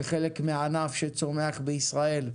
וחלק מהענף שצומח בישראל.